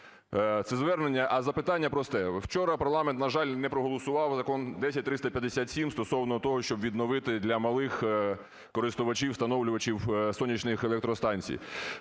Це звернення. А запитання просте. Вчора парламент, на жаль, не проголосував закон 10357 стосовно того, щоб відновити для малих користувачів - встановлювачів сонячних електростанцій.